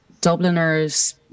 Dubliners